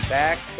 back